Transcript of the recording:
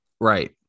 Right